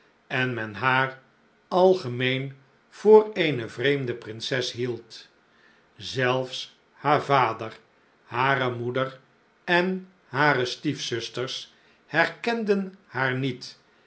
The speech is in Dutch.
en men haar algemeen voor eene vreemde prinses hield zelfs haar vader hare moeder en hare stiefzusters herkenden haar niet